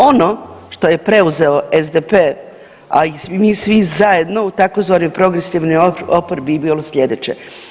Ono što je preuzeto SDP, a i mi svi zajedno u tzv. progresivnoj oporbi je bilo sljedeće.